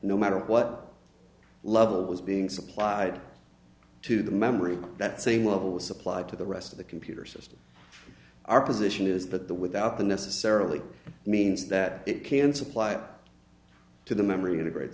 no matter what level of was being supplied to the memory that same level was supplied to the rest of the computer system our position is that the without the necessarily means that it can supply to the memory